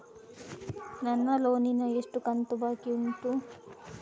ನನ್ನ ಲೋನಿನ ಎಷ್ಟು ಕಂತು ಬಾಕಿ ಉಂಟು?